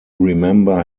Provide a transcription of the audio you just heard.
remember